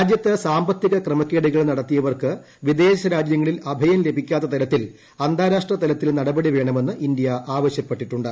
രാജ്യത്ത് സാമ്പത്തിക ക്രമക്കേടുകൾ നടത്തിയവർക്ക് വിദേശരാജ്യങ്ങളിൽ അഭയം ലഭിക്കാത്ത തരത്തിൽ അന്താരാഷ്ട്രതലത്തിൽ നടപടി വേണമെന്ന് ഇന്ത്യ ആവശ്യപ്പെട്ടിട്ടുണ്ട്